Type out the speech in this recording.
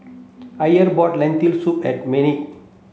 Iver brought Lentil soup at Maynard